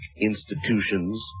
institutions